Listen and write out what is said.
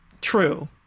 true